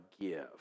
give